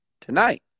tonight